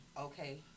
okay